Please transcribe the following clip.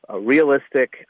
realistic